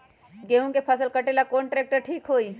गेहूं के फसल कटेला कौन ट्रैक्टर ठीक होई?